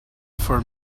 for